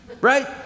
right